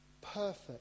perfect